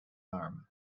arm